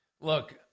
Look